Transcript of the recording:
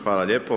Hvala lijepo.